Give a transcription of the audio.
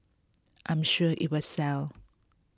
I'm sure it will sell